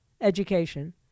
education